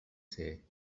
ser